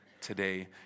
today